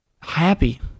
happy